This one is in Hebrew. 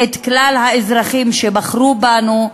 את כלל האזרחים שבחרו בנו,